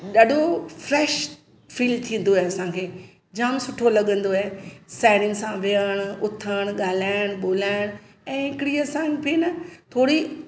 ॾाढो fresh feel थींदो आहे असांखे जाम सुठो लॻंदो आहे साहेड़ियुनि विहणु उथणु ॻाल्हाइणु ॿोलाइण ऐं हिकिड़ी सां बि न थोरी